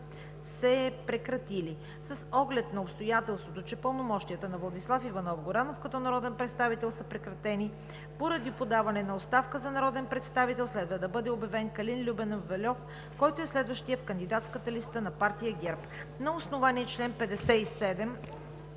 се прекратили. С оглед на обстоятелството, че пълномощията на Владислав Иванов Горанов като народен представител са прекратени поради подаване на оставка, за народен представител следва да бъде обявен Калин Любенов Вельов, който е следващият в кандидатската листа на партия ГЕРБ. На основание чл. 57,